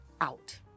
out